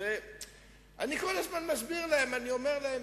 ועוד הוא אומר,